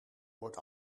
wordt